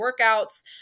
workouts